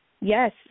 Yes